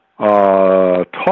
Talk